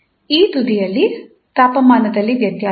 ಈ ತುದಿಯಲ್ಲಿ ತಾಪಮಾನದಲ್ಲಿ ವ್ಯತ್ಯಾಸವಿದೆ